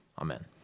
Amen